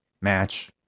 match